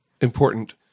important